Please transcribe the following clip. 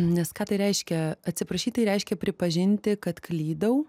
nes ką tai reiškia atsiprašyt tai reiškia pripažinti kad klydau